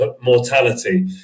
mortality